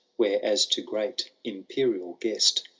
where, as to great imperial guest,